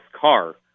car